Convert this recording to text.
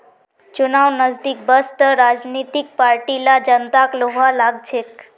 चुनाव नजदीक वस त राजनीतिक पार्टि ला जनताक लुभव्वा लाग छेक